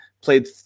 played